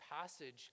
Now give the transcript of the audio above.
passage